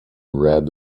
red